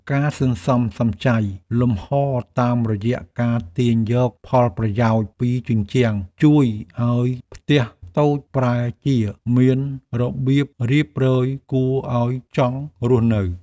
ការសន្សំសំចៃលំហរតាមរយៈការទាញយកផលប្រយោជន៍ពីជញ្ជាំងជួយឱ្យផ្ទះតូចប្រែជាមានរបៀបរៀបរយគួរឱ្យចង់រស់នៅ។